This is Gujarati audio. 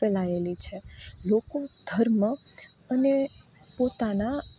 ફેલાયેલી છે લોકો ધર્મ અને પોતાના